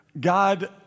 God